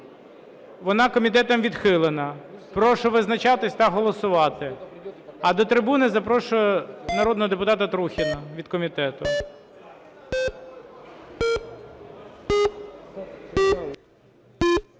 Вона комітетом відхилена. Прошу визначатись та голосувати. А до трибуни запрошую народного депутата Трухіна від комітету.